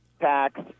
tax